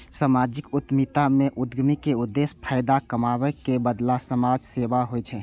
सामाजिक उद्यमिता मे उद्यमी के उद्देश्य फायदा कमाबै के बदला समाज सेवा होइ छै